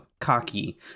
cocky